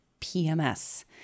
PMS